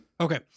Okay